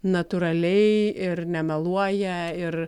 natūraliai ir nemeluoja ir